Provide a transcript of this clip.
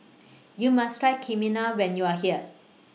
YOU must Try Kheema when YOU Are here